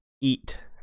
eat